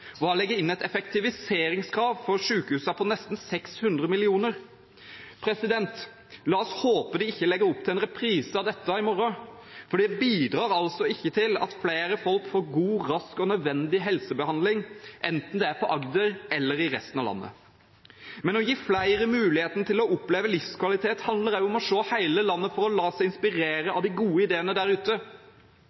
å legge inn et effektiviseringskrav for sykehusene på nesten 600 mill. kr. La oss håpe de ikke legger opp til en reprise av dette i morgen, for det bidrar ikke til at flere folk får god, rask og nødvendig helsebehandling, enten det er på Agder eller i resten av landet. Men å gi flere muligheten til å oppleve livskvalitet handler også om å se hele landet for å la seg inspirere av de gode ideene der ute.